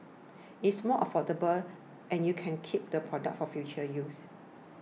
it's more affordable and you can keep the products for future use